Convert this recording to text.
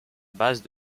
base